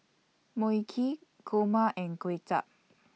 Mui Kee Kurma and Kuay Chap